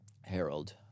Harold